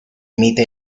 emite